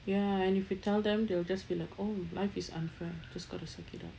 ya and if you tell them they will just be like oh life is unfair you just got to suck it up